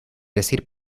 decir